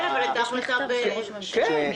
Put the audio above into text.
אבל נשלח מכתב שהם יזמו.